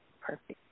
perfect